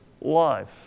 life